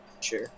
Sure